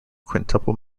quintuple